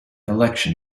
election